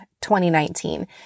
2019